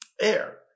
air